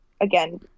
Again